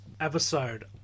episode